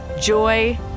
joy